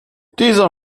dieser